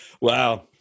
Wow